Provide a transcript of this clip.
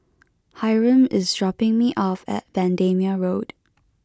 Hyrum is dropping me off at Bendemeer Road